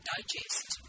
Digest